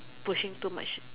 pushing too much